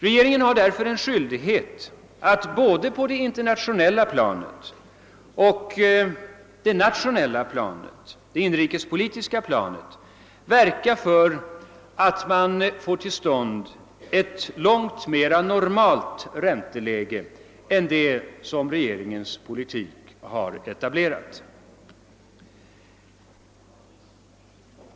Regeringen har därför en skyldighet att både på det internationella planet och det nationella, inrikespolitiska planet verka för att vi får till stånd ett långt mera normalt ränteläge än det som regeringens politik har etablerat.